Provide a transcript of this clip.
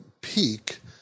peak